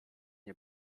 nie